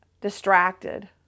distracted